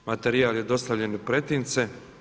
Materijal je dostavljen u pretince.